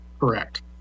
correct